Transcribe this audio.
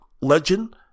legend